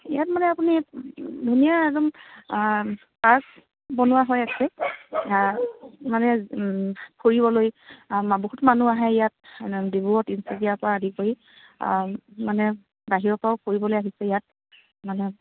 ইয়াত মানে আপুনি ধুনীয়া একদম পাৰ্ক বনোৱা হৈ আছে মানে ফুৰিবলৈ বহুত মানুহ আহে ইয়াত ডিব্ৰুগড় তিনিচুকীয়াৰপৰা আদি কৰি মানে বাহিৰৰপৰাও ফুৰিবলৈ আহিছে ইয়াত মানে